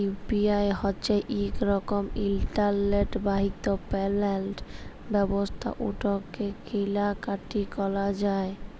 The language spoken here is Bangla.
ইউ.পি.আই হছে ইক রকমের ইলটারলেট বাহিত পেমেল্ট ব্যবস্থা উটতে কিলা কাটি ক্যরা যায়